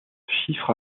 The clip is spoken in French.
chiffre